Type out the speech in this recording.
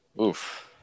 Oof